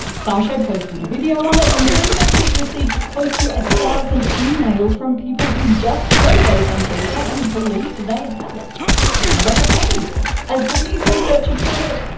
scishow posted a video on it and the researchers received close to a thousand emails from people who had just heard of aphantasia and believed they have it similar to andy. as the lead researcher put it,